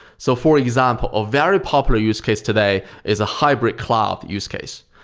so for example, a very popular use case today is a hybrid cloud use case.